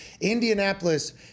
Indianapolis